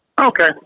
Okay